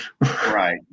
Right